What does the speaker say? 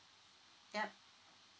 yup